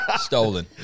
Stolen